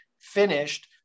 finished